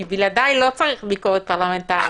כי בלעדיי לא צריך ביקורת פרלמנטרית...